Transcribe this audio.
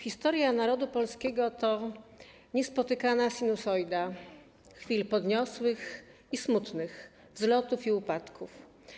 Historia narodu polskiego to niespotykana sinusoida chwil podniosłych i smutnych, wzlotów i upadków.